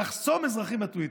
בלחסום אזרחים בטוויטר.